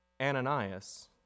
Ananias